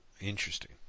interesting